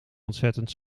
ontzettend